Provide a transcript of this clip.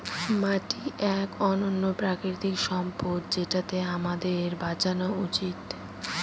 মাটি এক অনন্য প্রাকৃতিক সম্পদ যেটাকে আমাদের বাঁচানো উচিত